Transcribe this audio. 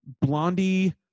Blondie